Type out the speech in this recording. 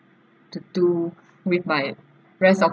to do with my rest of